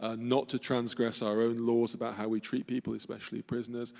ah not to transgress our own laws about how we treat people, especially prisoners.